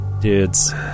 Dude's